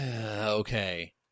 Okay